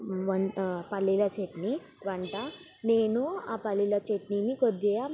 వంట పల్లీల చట్నీ వంట నేను ఆ పల్లీల చట్నీని కొద్దిగా